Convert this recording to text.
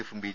എഫും ബി